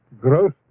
growth